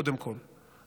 קודם כול,